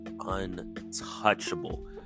untouchable